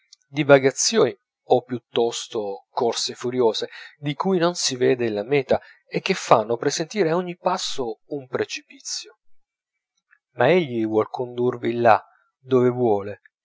divagazioni o piuttosto corse furiose di cui non si vede la meta e che fanno presentire a ogni passo un precipizio ma egli vuol condurvi là dove vuole